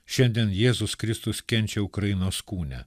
šiandien jėzus kristus kenčia ukrainos kūne